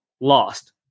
lost